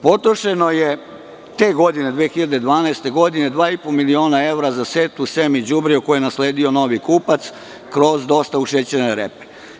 Potrošeno je te 2012. godine 2,5 miliona evra za setvu, seme i đubrivo koje je nasledio novi kupac kroz dostavu šećerne repe.